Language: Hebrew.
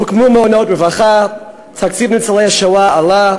הוקמו מעונות רווחה, תקציב ניצולי השואה עלה,